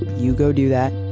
you go do that.